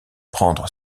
prendre